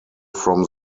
from